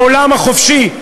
העולם החופשי,